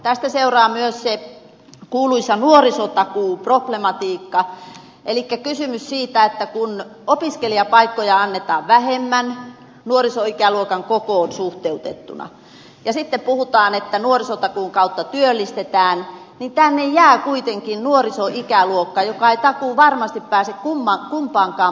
tästä seuraa myös se kuuluisa nuorisotakuuproblematiikka elikkä kysymys siitä että kun opiskelijapaikkoja annetaan vähemmän nuorisoikäluokan kokoon suhteutettuna ja sitten puhutaan että nuorisotakuun kautta työllistetään niin tänne jää kuitenkin nuorisoikäluokka joka ei takuuvarmasti pääse kumpaankaan putkeen